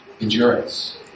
endurance